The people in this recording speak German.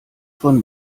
von